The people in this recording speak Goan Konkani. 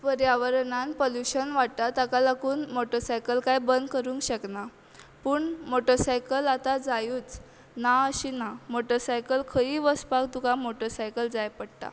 पर्यावरणान पल्युशन वाडटा ताका लागून मोटसायकल काय बंद करूंक शकना पूण मोटसायकल आतां जायूच ना अशी ना मोटसायकल खंयीय वसपाक तुका मोटसायकल जाय पडटा